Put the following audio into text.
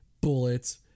bullets